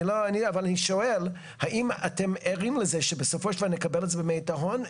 אבל שואל האם אתם ערים לזה שבסופו של דבר אנחנו נקבל את זה במי תהום,